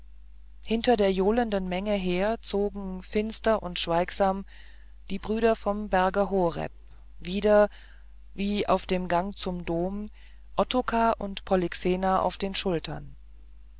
hinter der johlenden menge her zogen finster und schweigsam die brüder vom berge horeb wieder wie auf dem gang zum dom ottokar und polyxena auf den schultern